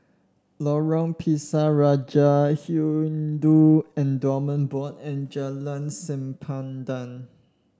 Lorong Pisang Raja Hindu Endowment Board and Jalan Sempadan